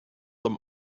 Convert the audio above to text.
them